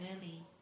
early